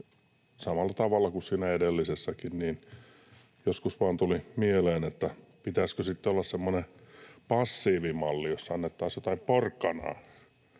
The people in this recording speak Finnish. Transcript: samalla tavalla kuin siinä edellisessäkin, niin joskus vain tuli mieleen, pitäisikö sitten olla semmoinen passiivimalli, jossa annettaisiin jotain porkkanaa.